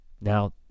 Now